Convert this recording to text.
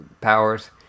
powers